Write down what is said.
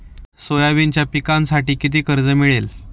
सोयाबीनच्या पिकांसाठी किती कर्ज मिळेल?